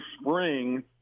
spring